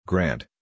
Grant